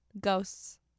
ghosts